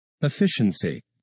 Efficiency